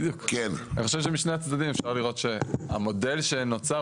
אני חושב שמשני הצדדים אפשר לראות שהמודל שנוצר,